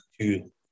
two